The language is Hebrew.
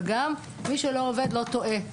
וגם מי שלא עובד לא טועה.